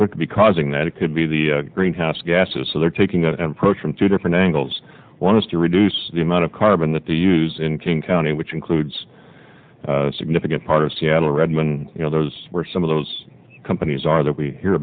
what could be causing that it could be the greenhouse gases so they're taking an approach from two different angles one is to reduce the amount of carbon that they use in king county which includes a significant part of seattle redmon you know those were some of those companies are that we hear